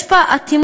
יש בה אטימות